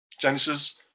Genesis